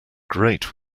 great